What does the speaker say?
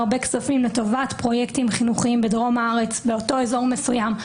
הרבה כספים לטובת פרויקטים חינוכיים בדרום הארץ באותו אזור מסוים,